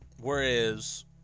Whereas